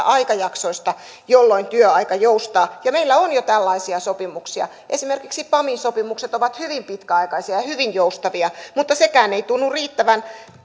aikajaksoista jolloin työaika joustaa ja meillä on jo tällaisia sopimuksia esimerkiksi pamin sopimukset ovat hyvin pitkäaikaisia ja hyvin joustavia mutta sekään ei tunnu riittävän